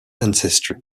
ancestry